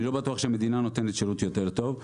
אני לא בטוח שהמדינה נותנת שירות יותר טוב.